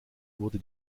wurde